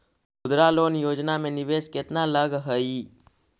मुद्रा लोन योजना में निवेश केतना लग हइ?